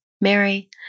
Mary